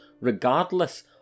Regardless